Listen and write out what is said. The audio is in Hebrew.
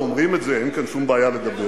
אומרים את זה, אין כאן שום בעיה לדבר.